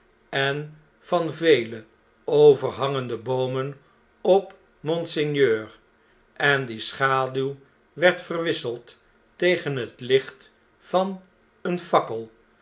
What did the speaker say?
en van vele overhangende boomen op monseigneur en die schaduw werd verwisseld tegen het licht van eene fakkel